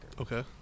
Okay